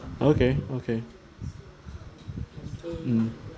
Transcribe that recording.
okay okay mm